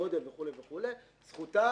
כמו גודל וכולי זכותה,